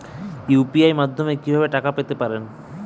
UPI মাধ্যমে কি ভাবে টাকা পেতে পারেন?